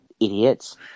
idiots